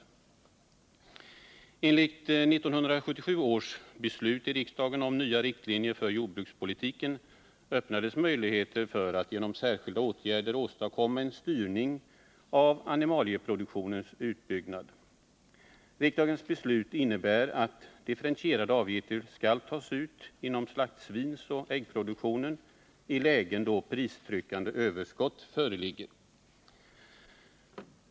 Genom 1977 års beslut i riksdagen om nya riktlinjer för jordbrukspolitiken öppnades möjligheter för att genom särskilda åtgärder åstadkomma en styrning av animalieproduktionens utbyggnad. Riksdagens beslut innebär att differentierade avgifter skall tas ut inom slaktsvinsoch äggproduktionen i lägen då pristryckande överskott föreligger.